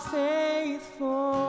faithful